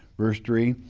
verse three,